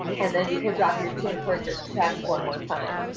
and then you can drop your chin towards your chest one more time.